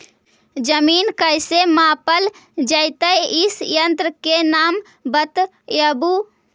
जमीन कैसे मापल जयतय इस यन्त्र के नाम बतयबु?